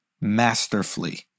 masterfully